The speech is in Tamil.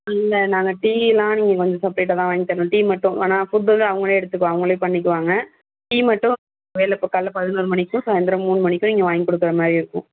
இல்லை நாங்கள் டீயலாம் நீங்கள் செப்ரெட்டாகதான் வாங்கி தரணும் டீ மட்டும் ஆனால் ஃபுட்டு வந்து அவங்ளே அவங்ளே பண்ணிக்குவாங்க டீ மட்டும் காலைல பதினோரு மணிக்கும் சாய்ந்தரம் மூணு மணிக்கும் நீங்கள் வாங்கி கொடுக்கற மாதிரி இருக்கும்